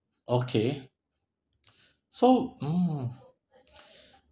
okay so mm